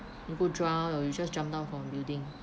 go drown or you just jump down from building